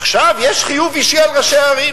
עכשיו, יש חיוב אישי על ראשי ערים.